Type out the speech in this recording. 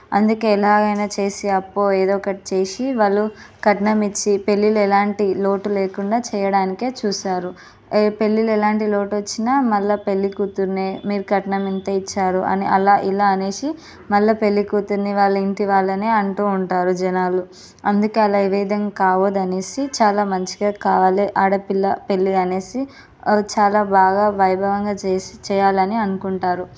అందుకే ఎలాగైనా చేసి అప్పో ఏదో ఒకటి చేసి వాళ్ళు కట్నం ఇచ్చి పెళ్ళిళ్ళు ఎలాంటి లోటు లేకుండా చేయడానికే చూస్తారు పెళ్ళిళ్ళు ఎలాంటి లోటు వచ్చినా మళ్ళీ పెళ్ళి కూతురినే మీరు కట్నం ఎంత ఇచ్చారు అని అలా ఇలా అనేసి మళ్ళీ పెళ్ళి కూతురిని వాళ్ళ ఇంటి వాళ్ళనే అంటూ ఉంటారు జనాలు అందుకే అలా ఏ విధంగా కావద్దు అనేసి చాలా మంచిగా కావాలి ఆడపిల్ల పెళ్ళి అనేసి చాలా బాగా వైభవంగా చేసి చేయాలని అనుకుంటారు